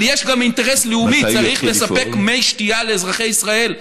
אבל יש גם אינטרס לאומי: צריך לספק מי שתייה לאזרחי ישראל,